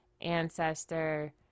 ancestor